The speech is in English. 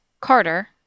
Carter